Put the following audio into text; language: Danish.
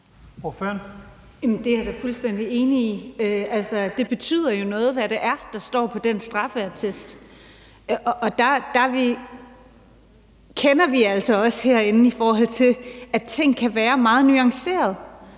Det er jeg da fuldstændig enig i. Det betyder jo noget, hvad det er, der står på den straffeattest, og vi ved jo også herinde, at ting kan være meget nuancerede.